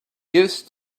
used